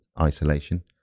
isolation